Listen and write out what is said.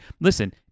Listen